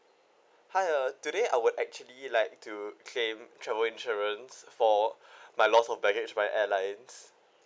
hi uh today I would actually like to claim travel insurance for my loss of baggage by airlines